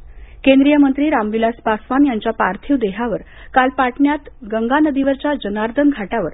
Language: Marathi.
पासवान केंद्रीय मंत्री रामविलास पासवान यांच्या पार्थिव देहावर काल पाटण्यात गंगा नदीवरच्या जनार्दन घाटावर